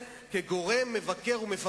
זאת